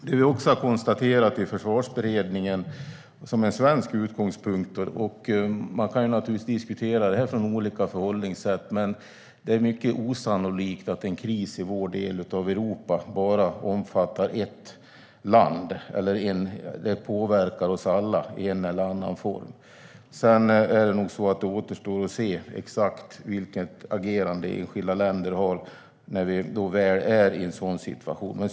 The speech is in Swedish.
Det vi också har konstaterat i Försvarsberedningen som en svensk utgångspunkt - man kan naturligtvis diskutera det här utifrån olika förhållningssätt - är att det är mycket osannolikt att en kris i vår del av Europa skulle omfatta bara ett land. Det skulle påverka oss alla i en eller annan form. Sedan återstår det nog att se exakt hur enskilda länder agerar när vi väl är i en sådan situation.